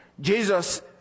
Jesus